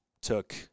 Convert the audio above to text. took